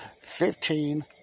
Fifteen